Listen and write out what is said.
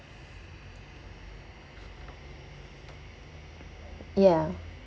ya